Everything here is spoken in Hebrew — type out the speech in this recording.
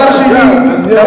מי עושה את הגזירות עכשיו?